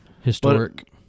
Historic